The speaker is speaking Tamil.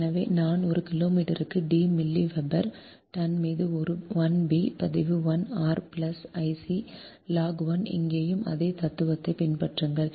எனவே நான் ஒரு கிலோமீட்டருக்கு D மில்லி வெபர் டன் மீது 1 பி பதிவு 1 R plus I c log 1 இங்கேயும் அதே தத்துவத்தைப் பின்பற்றுங்கள்